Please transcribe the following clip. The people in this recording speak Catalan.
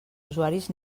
usuaris